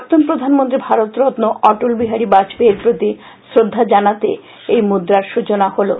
প্রাক্তন প্রধানমন্ত্রী ভারতরম্ন অটল বিহারী বাজপেয়ীর প্রতি শ্রদ্ধা জানাতে এই মুদ্রার সৃচনা হলো